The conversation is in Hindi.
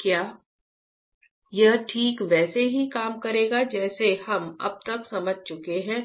क्या यह ठीक वैसे ही काम करेगा जैसा हम अब तक समझ चुके हैं